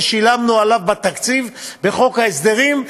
ושילמנו עליו בתקציב בחוק ההסדרים.